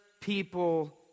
people